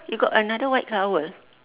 you got another white towel